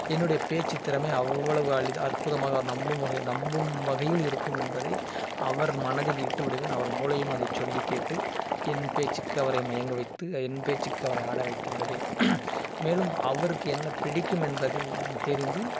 என்னுடைய பேச்சு திறமை அவ்வளவு அளிது அற்புதமாக நம்பும் வகை நம்பும் வகையில் இருக்கும் என்பதை அவர் மனதில் இட்டு விடுவேன் அவர் மூளையும் அதை சொல்லிக் கேட்டு என் பேச்சிக்கு அவரை மயங்க வைத்து என் பேச்சிக்கு அவரை ஆட வைத்து விடுவேன் மேலும் அவருக்கு என்ன பிடிக்கும் என்பதை நான் தெரிந்து